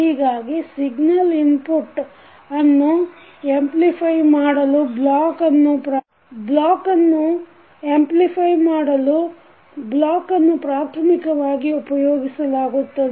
ಹೀಗಾಗಿ signal input ಅನ್ನು amplify ಮಾಡಲು ಬ್ಲಾಕ್ ಅನ್ನು ಪ್ರಾಥಮಿಕವಾಗಿ ಉಪಯೋಗಿಸಲಾಗುತ್ತದೆ